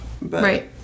Right